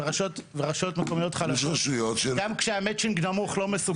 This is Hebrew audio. ורשויות מקומיות חלשות גם כשהמצ'ינג נמוך לא מסוגלות.